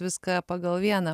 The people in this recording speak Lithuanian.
viską pagal vieną